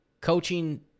coaching